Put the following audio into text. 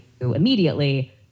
immediately